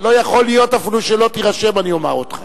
לא יכול להיות, אפילו שלא תירשם אני אומר אותך.